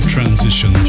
Transition